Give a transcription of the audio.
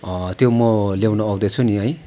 त्यो म ल्याउन आउँदैछु नि है